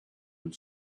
and